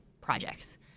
projects